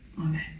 Amen